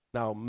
Now